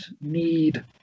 need